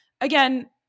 again